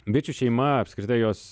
bičių šeima apskritai jos